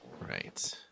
right